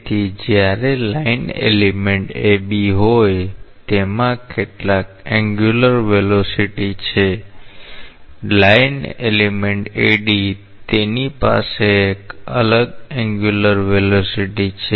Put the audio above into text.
તેથીજ્યારે line element AB હોય તેમાં કેટલાક કોણીય વેગ છે લાઈન એલિમેન્ટ AD તેની પાસે એક અલગ કોણીય વેગ છે